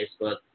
Facebook